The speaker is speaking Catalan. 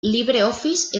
libreoffice